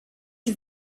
can